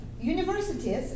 universities